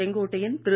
Sengottaiyan Thiru